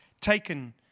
taken